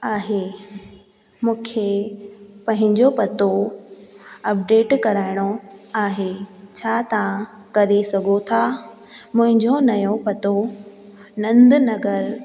आहे मूंखे पंहिंजो पतो अपडेट कराइणो आहे छा तव्हां करे सघो था मुंहिंजो नयो पतो नंद नगर